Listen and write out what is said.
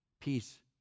peace